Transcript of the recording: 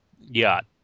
yacht